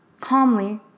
Calmly